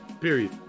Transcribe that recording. Period